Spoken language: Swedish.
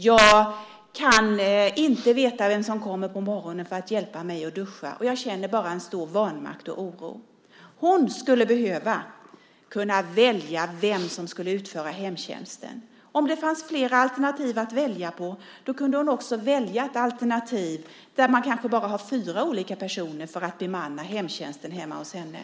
Jag kan inte veta vem som kommer på morgonen för att hjälpa mig att duscha. Jag känner bara en stor vanmakt och oro. Hon skulle behöva kunna välja vem som skulle utföra hemtjänsten. Om det fanns fler alternativ att välja på kunde hon också välja ett alternativ där man kanske bara har fyra olika personer för att bemanna hemtjänsten hemma hos henne.